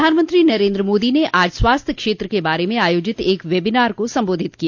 प्रधानमंत्री नरेंद्र मोदी ने आज स्वास्थ्य क्षेत्र के बारे में आयोजित एक वेबिनार को संबोधित किया